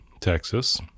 Texas